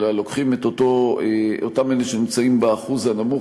אלא לוקחים את אותם אלה שנמצאים באחוז הנמוך